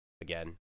Again